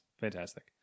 fantastic